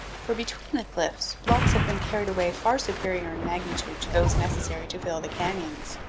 for between the cliffs blocks have been carried away far superior in magnitude to those necessary to fill the canyons.